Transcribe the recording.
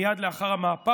מייד לאחר המהפך,